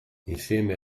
insieme